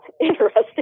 interesting